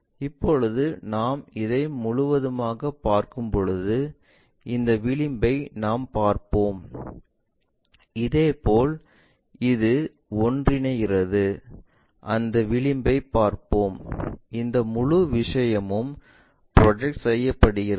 இப்போது நாம் இதை முழுவதுமாகப் பார்க்கும்போது இந்த விளிம்பை நாம் பார்ப்போம் இதேபோல் இது ஒன்றிணைகிறது அந்த விளிம்பைப் பார்ப்போம் இந்த முழு விஷயமும் ப்ரொஜெக்ட் செய்யப்படுகிறது